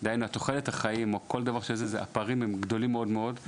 דהיינו הפערים בתוחלת החיים גדולים מאוד מאוד.